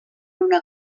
una